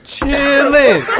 Chilling